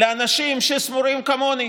לאנשים שסבורים כמוני,